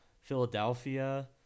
Philadelphia